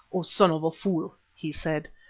o son of a fool! he said,